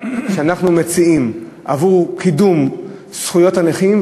שאנחנו מציעים עבור קידום זכויות הנכים,